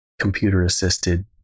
computer-assisted